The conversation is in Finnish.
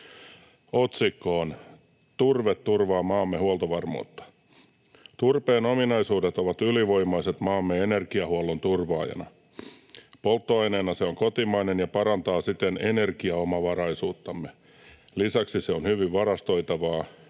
Otsikko on ”Turve turvaa maamme huoltovarmuutta”. ”Turpeen ominaisuudet ovat ylivoimaiset maamme energiahuollon turvaajana. Polttoaineena se on kotimainen ja parantaa siten energiaomavaraisuuttamme. Lisäksi se on hyvin varastoitavaa.